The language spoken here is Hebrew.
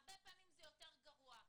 הרבה פעמים זה יותר גרוע.